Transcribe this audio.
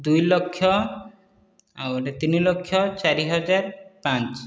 ଦୁଇ ଲକ୍ଷ ଆଉ ଗୋଟିଏ ତିନି ଲକ୍ଷ ଚାରି ହଜାର ପାଞ୍ଚ